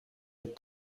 être